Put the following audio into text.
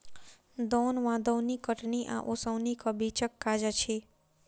दौन वा दौनी कटनी आ ओसौनीक बीचक काज अछि